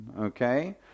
okay